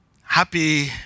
happy